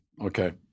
Okay